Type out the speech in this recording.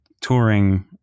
touring